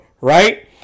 right